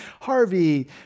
Harvey